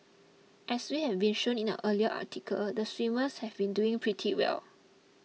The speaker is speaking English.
as we have been shown in our earlier article the swimmers have been doing pretty well